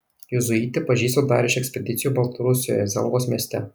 juzuitį pažįstu dar iš ekspedicijų baltarusijoje zelvos mieste